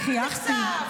כי חייכתי.